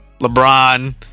lebron